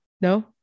No